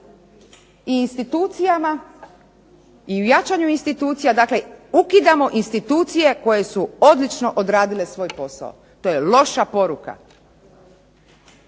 i u jačanju institucija, dakle ukidamo institucije koje su odlično odradile svoj posao. To je loša poruka.